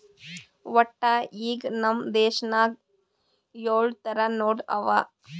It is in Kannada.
ವಟ್ಟ ಈಗ್ ನಮ್ ದೇಶನಾಗ್ ಯೊಳ್ ಥರ ನೋಟ್ ಅವಾ